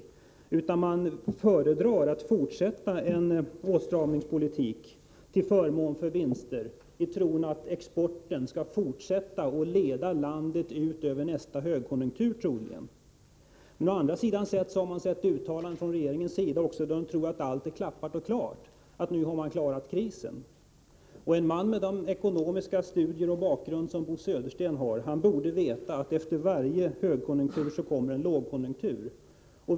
Regeringen föredrar i stället att fortsätta en åtstramningspolitik till förmån för vinsterna, itron att exporten skall fortsätta att leda landet ut över nästa högkonjunktur. Men å andra sidan har vi också sett uttalanden från regeringens sida om att man tror att allt är klappat och klart, att man har klarat krisen. En man med den bakgrund som Bo Södersten har borde veta att efter varje högkonjunktur kommer en lågkonjunktur.